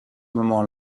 moment